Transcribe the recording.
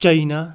China